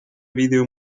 video